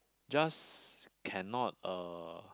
just cannot uh